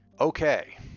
okay